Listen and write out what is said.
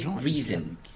Reason